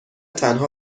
تنها